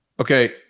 Okay